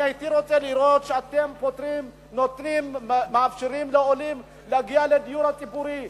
הייתי רוצה לראות שאתם מאפשרים לעולים להגיע לדיור הציבורי.